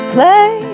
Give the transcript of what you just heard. Play